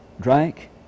drank